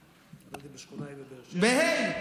נולדתי בשכונה ה' בבאר שבע.